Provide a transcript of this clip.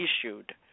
issued